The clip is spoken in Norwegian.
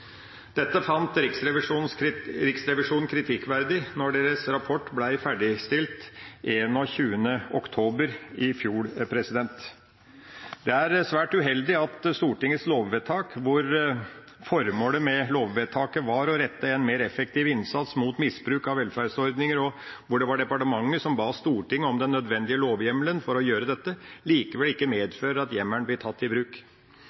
Dette fant Riksrevisjonen kritikkverdig da deres rapport ble ferdigstilt 21. oktober i fjor. Det er svært uheldig at Stortingets lovvedtak, hvor formålet med lovvedtaket var å rette en mer effektiv innsats mot misbruk av velferdsordninger, og hvor det var departementet som ba Stortinget om den nødvendige lovhjemmelen for å gjøre dette, likevel ikke medfører at hjemmelen blir tatt i bruk.